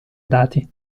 dati